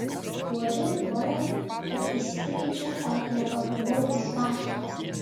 uodžiau orą kad įsitikinčiau ar nepakliuvau į spąstus